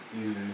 easy